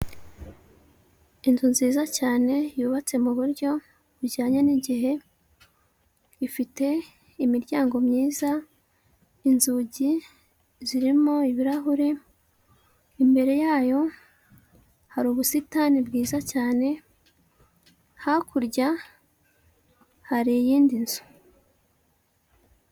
Inzu nziza cyane yubatse mu buryo bujyanye n'igihe, ifite imiryango myiza, inzugi zirimo ibirahure, imbere yayo hari ubusitani bwiza cyane, hakurya hari iyindi nzu.